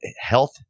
health